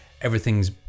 everything's